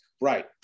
Right